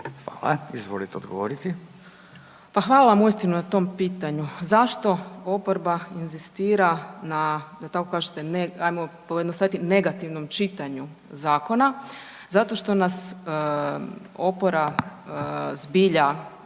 Katarina (RF)** Pa hvala vam uistinu na tom pitanju. Zašto oporba inzistira na, da tako kažete, ajmo pojednostaviti negativnom čitanju zakona. Zato što nas opora zbilja